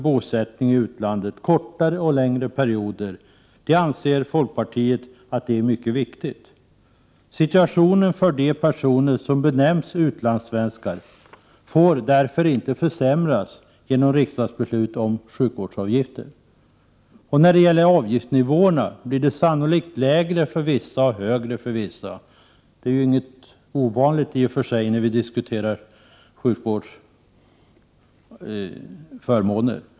bosättning i utlandet under kortare och längre perioder är enligt folkpartiets mening mycket viktiga. Situationen för de personer som benämns utlandssvenskar får därför inte försämras genom riksdagsbeslut om sjukvårdsavgifter. Avgiftsnivåerna blir sannolikt lägre för vissa och högre för andra. Det är i och för sig inget ovanligt vad gäller sjukvårdsförmåner.